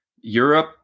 Europe